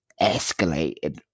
escalated